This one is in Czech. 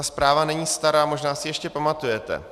Ta zpráva není stará, možná si ji ještě pamatujete.